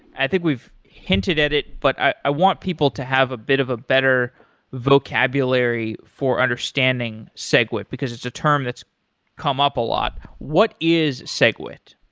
i think we've hinted at it, but i want people to have a bit of a better vocabulary for understanding segwit, because it's a term that's come up a lot. what is segwit?